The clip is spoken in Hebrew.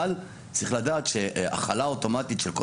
אבל צריך לדעת שהחלה אוטומטית של כל